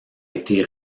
été